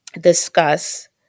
discuss